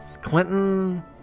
Clinton